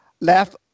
left